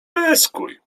pyskuj